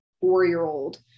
four-year-old